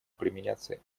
применяться